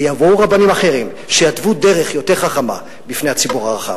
ויבואו רבנים אחרים שיתוו דרך יותר חכמה בפני הציבור הרחב.